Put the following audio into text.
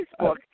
Facebook